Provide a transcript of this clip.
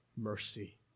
mercy